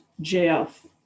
Jeff